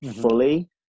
fully